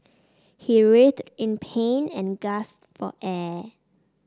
he writhed in pain and gasped for air